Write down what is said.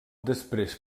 després